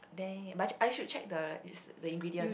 then but I should check the is the ingredient